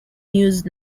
used